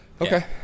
Okay